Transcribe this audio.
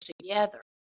together